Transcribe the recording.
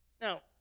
Now